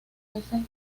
veces